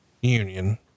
union